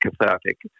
cathartic